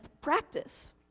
practice